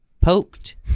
poked